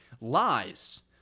lies